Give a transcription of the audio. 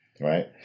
right